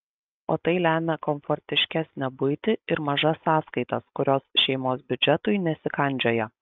o tai lemia komfortiškesnę buitį ir mažas sąskaitas kurios šeimos biudžetui nesikandžioja